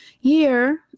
year